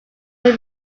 may